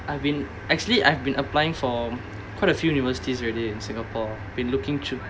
I've been actually I've been applying for quite a few universities already in singapore been looking through